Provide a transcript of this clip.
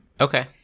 Okay